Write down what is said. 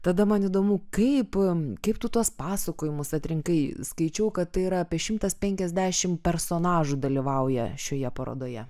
tada man įdomu kaip kaip tu tuos pasakojimus atrinkai skaičiau kad tai yra apie šimtas penkiasdešimt personažų dalyvauja šioje parodoje